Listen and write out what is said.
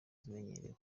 zimenyerewe